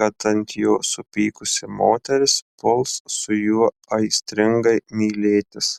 kad ant jo supykusi moteris puls su juo aistringai mylėtis